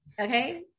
Okay